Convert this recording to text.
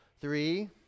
Three